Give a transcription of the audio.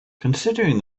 considering